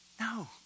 No